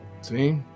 See